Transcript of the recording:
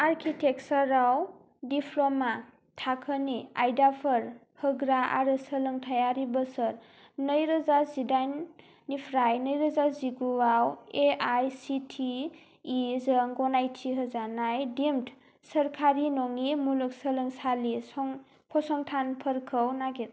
आर्किटेकसारआव diploma थाखोनि आयदाफोर होग्रा आरो सोलोंथायारि बोसोर नैरोजा जिडाइनिफ्राय नैरोजा जिगुयाव A I C T E जों गनायथि होजानाय दिम्ड सोरखारि नङि मुलुगसोलोंसालि फसंथानफोरखौ नागिर